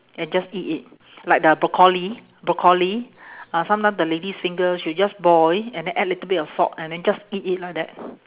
and just eat it like the broccoli broccoli ah sometime the lady's finger she will just boil and then add a little bit of salt and then just eat it like that